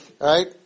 Right